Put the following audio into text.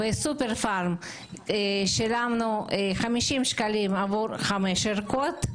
בסופר פארם שילמנו 50 שקלים עבור חמש ערכות,